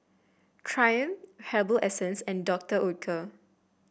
Triumph Herbal Essences and Doctor Oetker